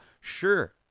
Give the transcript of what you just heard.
sure